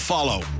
Follow